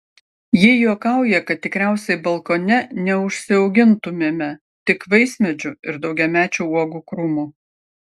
ji juokauja kad tikriausiai balkone neužsiaugintumėme tik vaismedžių ir daugiamečių uogų krūmų